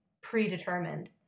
predetermined